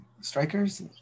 strikers